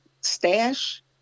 Stash